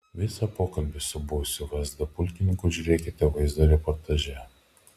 visą pokalbį su buvusiu vsd pulkininku žiūrėkite vaizdo reportaže